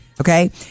Okay